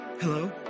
Hello